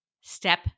Step